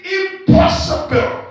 impossible